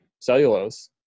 cellulose